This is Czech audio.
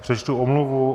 Přečtu omluvu.